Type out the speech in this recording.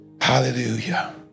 Hallelujah